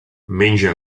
menja